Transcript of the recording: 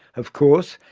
of course,